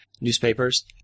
newspapers